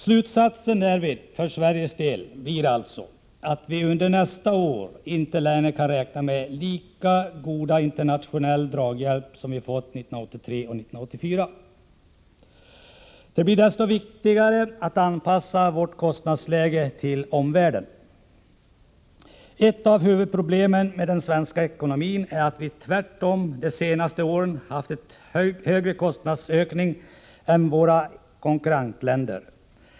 Slutsatsen för Sveriges del blir alltså att vi under nästa år inte längre kan räkna med lika god internationell draghjälp som vi fått 1983 och 1984. Det blir därför desto viktigare att vi anpassar vår kostnadsutveckling till omvärlden. Ett av huvudproblemen för den svenska ekonomin är att vi under de senaste åren haft en kraftigare kostnadsökning än våra konkurrentländer.